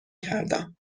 کردم